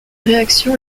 réaction